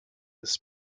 this